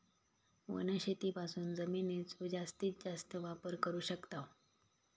वनशेतीपासून जमिनीचो जास्तीस जास्त वापर करू शकताव